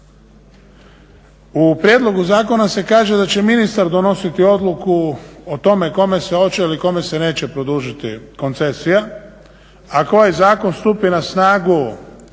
U prijedlogu zakona se kaže da će ministar donositi odluku o tome kome se hoće ili kome se neće produžiti koncesija. Ako ovaj zakon stupi na snagu